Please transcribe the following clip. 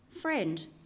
Friend